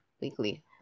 weekly